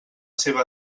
seva